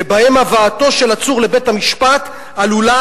שבהם הבאתו של עצור לבית-המשפט עלולה